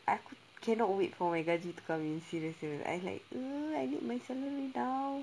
aku cannot wait for my gaji to come in serious you know I'm like I need my salary now